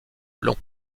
long